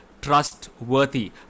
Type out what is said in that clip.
trustworthy